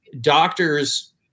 doctors